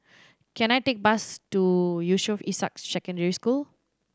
can I take bus to Yusof Ishak Secondary School